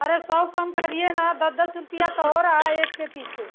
अरे सौ कम करिए ना दस दस रुपये तो हो रहा है एक के पीछे